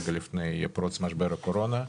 רגע לפני פרוץ משבר הקורונה.